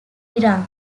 iraq